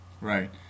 Right